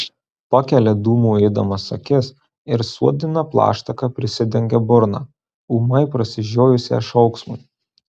pakelia dūmų ėdamas akis ir suodina plaštaka prisidengia burną ūmai prasižiojusią šauksmui